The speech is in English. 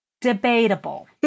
Debatable